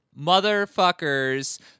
motherfuckers